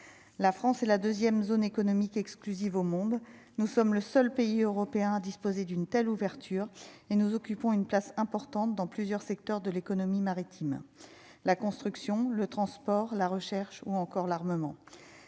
la France et la 2ème zone économique exclusive au monde, nous sommes le seul pays européen à disposer d'une telle ouverture et nous occupons une place importante dans plusieurs secteurs de l'économie maritime, la construction, le transport, la recherche ou encore l'armement